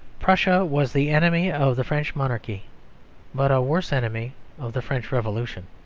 prussia was the enemy of the french monarchy but a worse enemy of the french revolution.